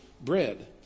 bread